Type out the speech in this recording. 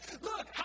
Look